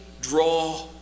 draw